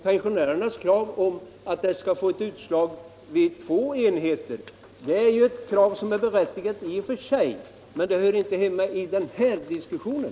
Pensionärernas krav på att de skall få ett utslag vid två enheter är ju ett krav som i och för sig är berättigat, men det hör inte hemma i den här diskussionen.